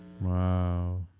Wow